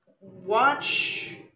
watch